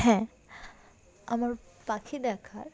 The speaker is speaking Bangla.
হ্যাঁ আমার পাখি দেখার